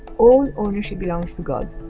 all ownership belongs to god.